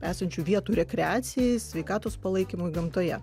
esančių vietų rekreacijai sveikatos palaikymui gamtoje